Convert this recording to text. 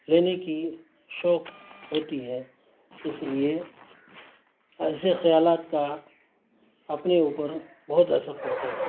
یعنی کہ شوق ہوتی ہے اس لیے ایسے خیالات کا اپنے اوپر بہت اثر پڑتا ہے